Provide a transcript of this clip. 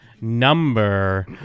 number